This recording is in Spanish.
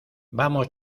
vamos